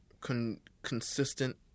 consistent